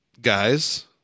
guys